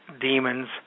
demons